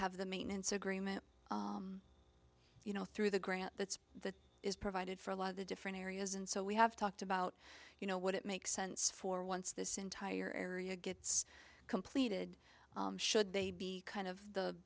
have the maintenance agreement you know through the grant that's that is provided for a lot of the different areas and so we have talked about you know what it makes sense for once this entire area gets completed should they be kind of the